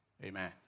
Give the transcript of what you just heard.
Amen